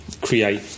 create